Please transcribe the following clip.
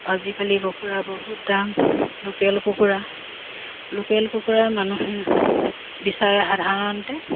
আজিকালি কুকুৰা বহুত দাম লোকেল কুকুৰা লোকেল কুকুৰা মানুহে বিচাৰে সাধাৰণতে